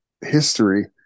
history